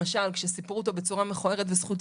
למשל כשסיפרו אותו בצורה מכוערת וזכותה